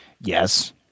yes